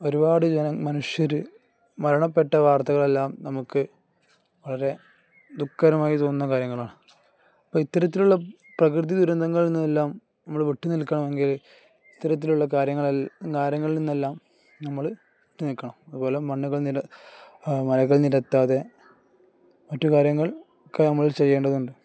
ഒരുപാട് മനുഷ്യര് മരണപ്പെട്ട വാർത്തകളെല്ലാം നമുക്കു വളരെ ദുഃഖകരമായി തോന്നുന്ന കാര്യങ്ങളാണ് ഇപ്പോള് ഇത്തരത്തിലുള്ള പ്രകൃതി ദുരന്തങ്ങളിൽ നിന്നെല്ലാം നമ്മള് വിട്ടുനിൽക്കണമെങ്കില് ഇത്തരത്തിലുള്ള കാര്യങ്ങളില് കാര്യങ്ങളിൽ നിന്നെല്ലാം നമ്മള് വിട്ടുനില്ക്കണം അതുപോലെ മണ്ണുകൾ നികത്താതെ മറ്റു കാര്യങ്ങൾ ഒക്കെ നമ്മള് ചെയ്യേണ്ടതുണ്ട്